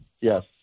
Yes